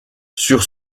sur